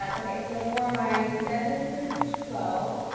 um okay. so for my seven through twelve